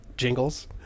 Jingles